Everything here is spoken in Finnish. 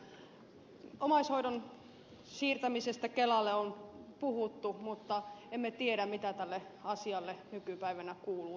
omaishoidon siirtämisestä kelalle on puhuttu mutta emme tiedä mitä tälle asialle nykypäivänä kuuluu